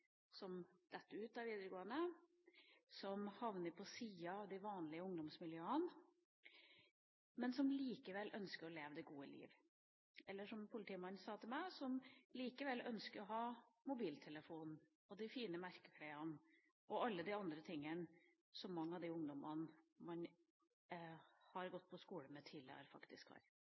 som detter ut av videregående, som havner på sida av de vanlige ungdomsmiljøene, men som likevel ønsker å leve det gode liv. Eller som politimannen sa til meg: ungdom som likevel ønsker å ha mobiltelefon, de fine merkeklærne og alle de andre tingene som mange av de ungdommene man har gått på skole med tidligere, faktisk har.